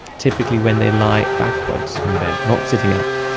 typically when they lie backwards in bed, not sitting up,